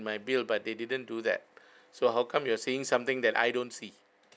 my bill but they didn't do that so how come you are saying something that I don't see